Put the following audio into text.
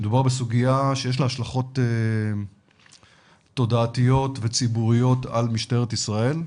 מדובר בסוגיה שיש לה השלכות תודעתיות וציבוריות על משטרת ישראל,